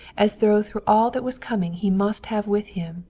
as though through all that was coming he must have with him,